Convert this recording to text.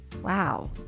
wow